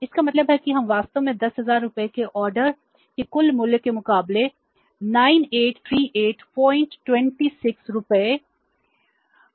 इसका मतलब है कि हम वास्तव में 10000 रुपये के ऑर्डर के कुल मूल्य के मुकाबले 983826 रुपये का भुगतान कर रहे हैं